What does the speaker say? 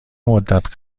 مدت